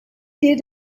did